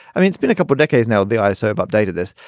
i mean, it's been a couple decades now. the iso updated this,